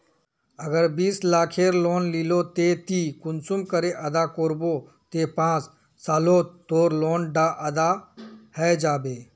अगर बीस लाखेर लोन लिलो ते ती कुंसम करे अदा करबो ते पाँच सालोत तोर लोन डा अदा है जाबे?